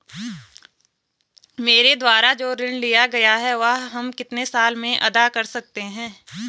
मेरे द्वारा जो ऋण लिया गया है वह हम कितने साल में अदा कर सकते हैं?